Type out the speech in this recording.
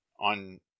on